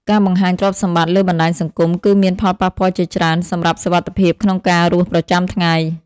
ការបង្ហាញទ្រព្យសម្បត្តិលើបណ្តាញសង្គមគឺមានផលប៉ះជាច្រើនសម្រាប់សុខវត្ថិភាពក្នុងការរស់ប្រចាំថ្ងៃ។